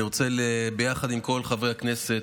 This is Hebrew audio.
אני רוצה להתפלל יחד עם כל חברי הכנסת,